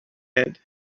heard